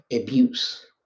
abuse